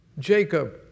Jacob